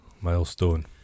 Milestone